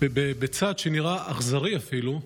בצעד שנראה אכזרי אפילו,